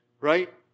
right